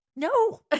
No